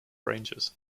rangers